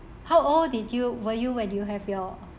how old did you were you when you have your